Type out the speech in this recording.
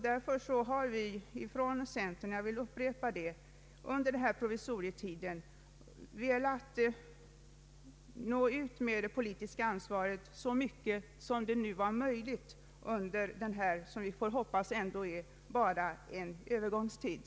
Därför har vi från centern — jag vill upprepa det — velat nå ut med det politiska ansvaret så långt som möjligt redan i detta provisorium, som vi hoppas bara är ett övergångsskede.